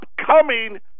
upcoming